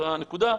באותה הנקודה.